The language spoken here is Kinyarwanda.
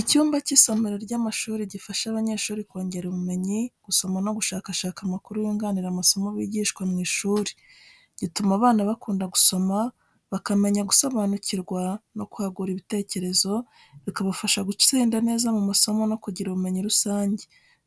Icyumba cy’isomero ry’abanyeshuri gifasha abanyeshuri kongera ubumenyi, gusoma no gushakashaka amakuru yunganira amasomo bigishwa mu ishuri. Gituma abana bakunda gusoma, bakamenya gusobanukirwa no kwagura ibitekerezo, bikabafasha gutsinda neza mu masomo no kugira ubumenyi rusange.